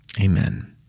amen